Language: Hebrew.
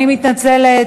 אני מתנצלת.